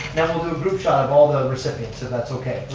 then we'll do a group shot of all the recipients if that's okay.